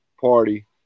party